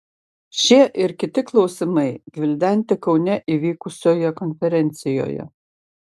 šie ir kiti klausimai gvildenti kaune įvykusioje konferencijoje